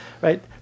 Right